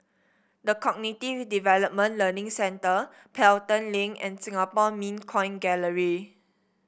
The Cognitive Development Learning Centre Pelton Link and Singapore Mint Coin Gallery